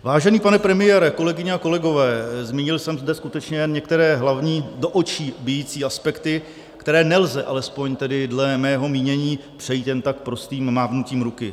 Vážený pane premiére, kolegyně, kolegové, zmínil jsem zde skutečně jenom některé hlavní, do očí bijící aspekty, které nelze, alespoň tedy dle mého mínění, přejít jen tak prostým mávnutím ruky.